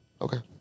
Okay